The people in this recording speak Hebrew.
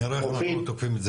נראה איך אנחנו תוקפים את זה,